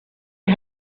you